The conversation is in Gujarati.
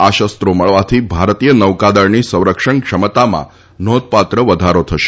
આ શસ્ત્રો મળવાથી ભારતીય નૌકાદળની સંરક્ષણની ક્ષમતામાં નોંધપાત્ર વધારો થશે